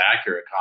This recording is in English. accurate